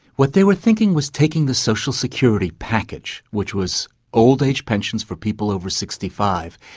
what they were thinking was taking the social security package, which was old age pensions for people over sixty five,